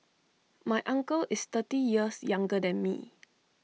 my uncle is thirty years younger than me